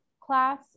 class